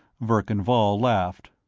verkan vall laughed.